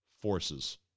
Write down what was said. forces